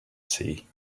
see